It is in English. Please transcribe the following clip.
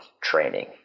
training